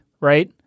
right